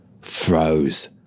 froze